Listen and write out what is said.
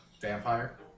vampire